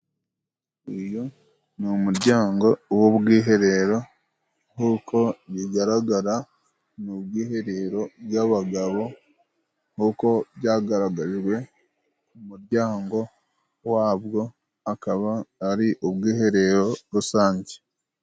Uyu ni umuryango w'ubwiherero. Nk'uko bigaragara ni ubwiherero bw'abagabo nk'uko byagaragajwe ku muryango wabwo. Akaba ari ubwiherero rusange.